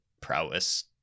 prowess